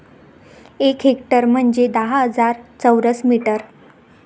एक हेक्टर म्हंजे दहा हजार चौरस मीटर